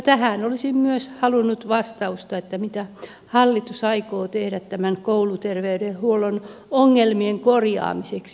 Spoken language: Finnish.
tähän olisin myös halunnut vastausta mitä hallitus aikoo tehdä tämän kouluterveydenhuollon ongelmien korjaamiseksi